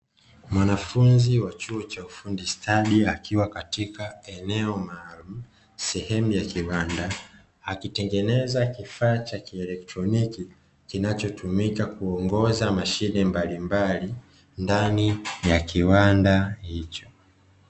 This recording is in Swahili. Mwanafunzi wa chuo cha ufundi stadi akiwa katika eneo maalumu sehemu ya kibanda, akitengeneza kifaa cha kielektroniki kinachotumika kuongoza mashine mbalimbali ndani ya kiwanda hicho.